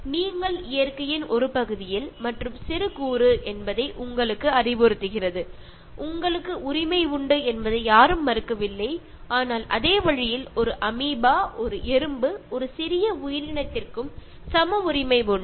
நீங்கள் இயற்கையின் ஒரு பகுதியில் மற்றும் சிறு கூறு என்பதை உங்களுக்கு அறிவுறுத்துகிறது உங்களுக்கு உரிமை உண்டு என்பதை யாரும் மறுக்கவில்லை ஆனால் அதே வழியில் ஒரு அமீபா ஒரு எறும்பு ஒரு சிறிய உயிரினத்திற்கும் சம உரிமை உண்டு